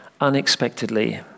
unexpectedly